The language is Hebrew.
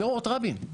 זה אורות רבין.